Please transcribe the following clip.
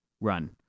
run